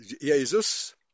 Jesus